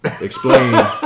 explain